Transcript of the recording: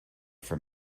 from